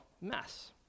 mess